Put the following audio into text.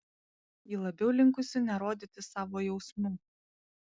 ji labiau linkusi nerodyti savo jausmų